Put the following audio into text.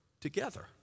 together